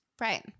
Right